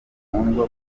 bakundwa